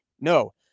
No